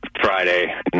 friday